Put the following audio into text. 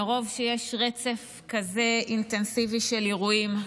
מרוב שיש רצף כזה אינטנסיבי של אירועים.